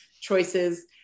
choices